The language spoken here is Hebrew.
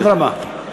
אדרבה.